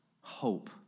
hope